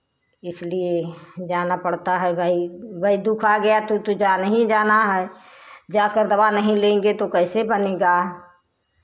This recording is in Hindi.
इसलिए जाना पड़ता है भाई भाई दुःख आ गया तो तो जाना ही जाना है जाकर दवा नहीं लेंगे तो कैसे बनेगा